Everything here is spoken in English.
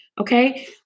Okay